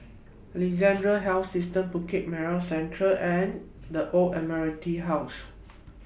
Alexandra Health System Bukit Merah Central and The Old Admiralty House